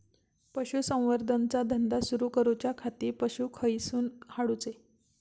पशुसंवर्धन चा धंदा सुरू करूच्या खाती पशू खईसून हाडूचे?